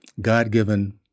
God-given